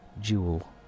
jewel